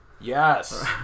Yes